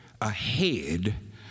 ahead